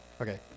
Okay